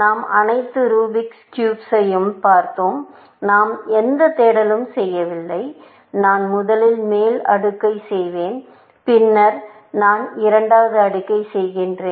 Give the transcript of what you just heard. நாம் அனைத்து Rubik cube ஸையும் பார்த்தோம் நாம் எந்த தேடலும் செய்யவில்லை நான் முதலில் மேல் அடுக்கை செய்வேன் பின்னர் நான் இரண்டாவது அடுக்கை செய்கிறேன்